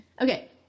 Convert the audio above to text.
Okay